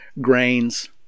grains